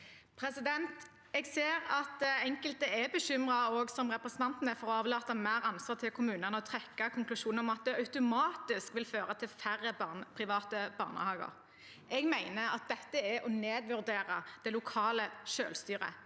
Jeg ser at enkelte er bekymret, som også representanten er, for å overlate mer ansvar til kommunene, og trekker den konklusjon at det automatisk vil føre til færre private barnehager Jeg mener at dette er å nedvurdere det lokale selvstyret.